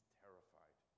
terrified